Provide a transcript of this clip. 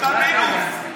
אתה מינוס.